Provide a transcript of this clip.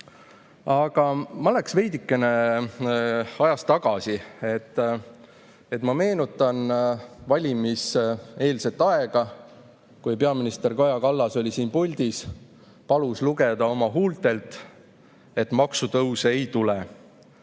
ajas veidikene tagasi. Ma meenutan valimiseelset aega, kui peaminister Kaja Kallas oli siin puldis ja palus lugeda oma huultelt, et maksutõuse ei tule.